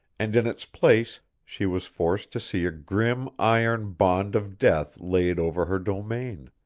and in its place she was forced to see a grim iron bond of death laid over her domain.